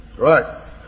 Right